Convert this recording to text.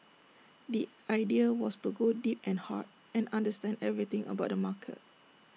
the idea was to go deep and hard and understand everything about the market